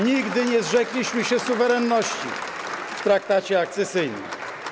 Nigdy nie zrzekliśmy się suwerenności w traktacie akcesyjnym.